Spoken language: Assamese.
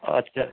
আচ্ছা